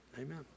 Amen